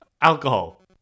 alcohol